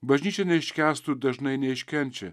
bažnyčia neiškęstų ir dažnai neiškenčia